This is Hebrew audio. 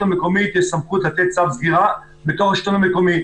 המקומית יש סמכות לתת צו סגירה בתוך השלטון המקומי.